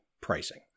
pricing